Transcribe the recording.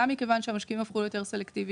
גם מכיוון שהמשקיעים הפכו ליותר סלקטיביים.